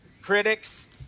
critics